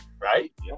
Right